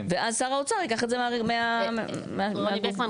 ואז שר האוצר ייקח את זה --- רוני בקמן,